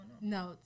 No